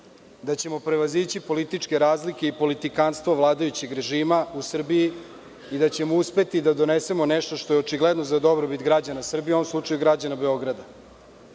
da ćemo prevazići političke razlike i politikanstvo vladajućeg režima u Srbiji i da ćemo uspeti da donesemo nešto što je očigledno za dobrobit građana Srbije, u ovom slučaju građana Beograda. Nadamo